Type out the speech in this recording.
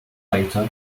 later